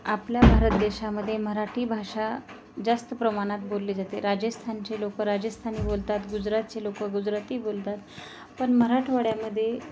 आपल्या भारत देशामध्ये मराठी भाषा जास्त प्रमाणात बोलली जाते राजस्थानचे लोकं राजस्थानी बोलतात गुजरातचे लोकं गुजराती बोलतात पण मराठवाड्यामध्ये